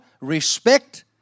respect